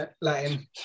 Latin